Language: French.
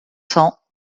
cents